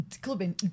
clubbing